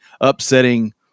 upsetting